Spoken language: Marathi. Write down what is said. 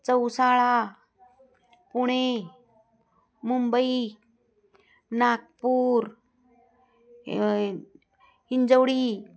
चौसाळा पुणे मुंबई नागपूर हिंजवडी